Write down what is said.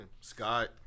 Scott